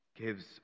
gives